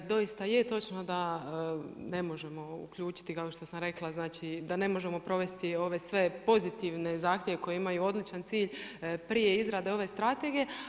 Doista je točno da ne možemo uključiti kao što sam rekla, znači da ne možemo provesti ove sve pozitivne zahtjeve koji imaju odličan cilj prije izrade ove strategije.